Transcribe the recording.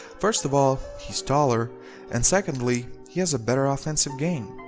first of all, he's taller and secondly, he has a better offensive game.